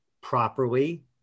properly